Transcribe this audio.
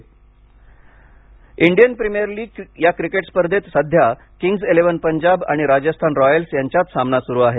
I P L Indian premier league या cricket स्पर्धेत सध्या किंग्ज ईलेव्हन पंजाब आणि राजस्थान रॉयल्स यांच्यात सामना सुरू आहे